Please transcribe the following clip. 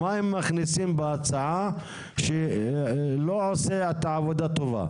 מה הם מכניסים בהצעה שלא עושה את העבודה טובה?